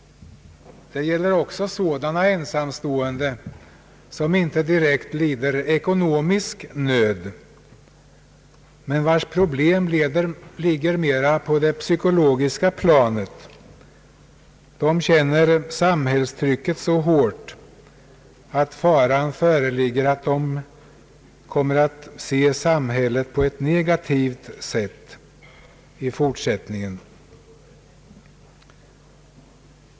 Det gäller också sådana ensamstående som inte direkt lider ekonomisk nöd men vilkas problem ligger mera på det psykologiska planet. De känner samhällets tryck så hårt att fara föreligger att de kommer att se samhället på ett negativt sätt i fortsättningen.